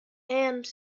and